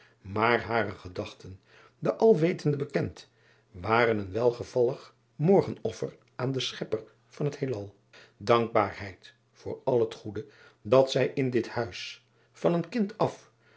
maar hare gedachten den lwetende bekend waren een welgevallig morgenoffer aan den chepper van het eelal ankbaarheid voor al het goede dat zij in dit huis van een kind af